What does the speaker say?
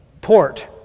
port